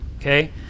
okay